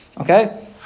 Okay